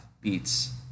beats